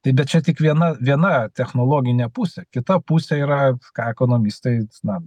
tai bet čia tik viena viena technologinė pusė kita pusė yra ką ekonomistai na